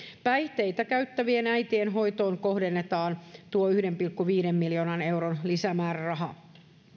päihteitä käyttävien äitien hoitoon kohdennetaan tuo yhden pilkku viiden miljoonan euron lisämääräraha